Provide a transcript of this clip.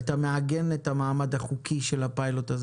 אתה מעגן את המעמד החוקי של הפיילוט הזה